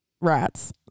rats